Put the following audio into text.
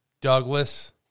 Douglas